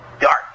Dark